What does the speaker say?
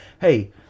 hey